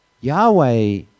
Yahweh